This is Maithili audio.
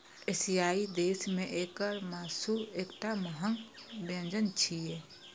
एशियाई देश मे एकर मासु एकटा महग व्यंजन छियै